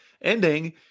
ending